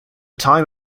time